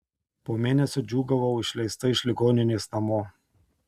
po mėnesio džiūgavau išleista iš ligoninės namo